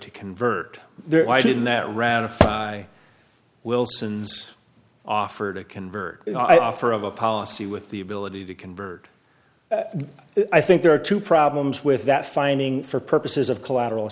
to convert their why didn't that ratify wilson's offer to convert offer of a policy with the ability to convert i think there are two problems with that finding for purposes of collateral